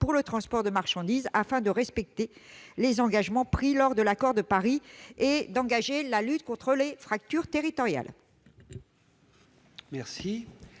pour le transport de marchandises, afin de respecter les engagements pris lors de l'accord de Paris et d'engager la lutte contre les fractures territoriales.